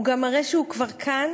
הוא גם מראה שהוא כבר כאן